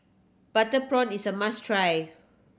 butter prawn is a must try